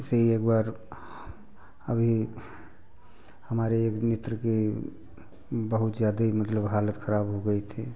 ऐसे ही एक बार अभी हमारे एक मित्र के बहुत ज़्यादा मतलब हालत खराब हो गई थी